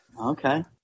Okay